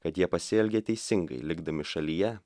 kad jie pasielgė teisingai likdami šalyje